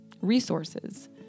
resources